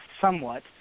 somewhat